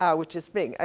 yeah which is thing, ah